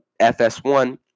FS1